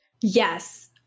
Yes